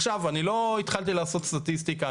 עכשיו, אני לא התחלתי לעשות סטטיסטיקה.